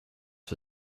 for